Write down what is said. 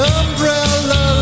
umbrella